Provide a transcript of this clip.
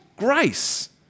grace